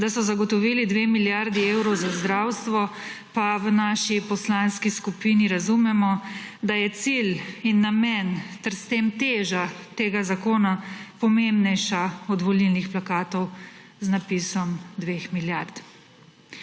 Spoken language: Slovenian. da so zagotovili dve milijardi evrov za zdravstvo, pa v naši poslanski skupini razumemo, da je cilj in namen ter s tem teža tega zakona pomembnejša od volilnih plakatov z napisom dveh milijard.